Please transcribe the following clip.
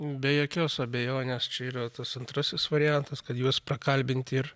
be jokios abejonės čia yra tas antrasis variantas kad juos pakalbinti ir